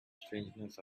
strangeness